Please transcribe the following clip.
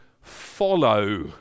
follow